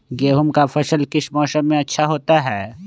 गेंहू का फसल किस मौसम में अच्छा होता है?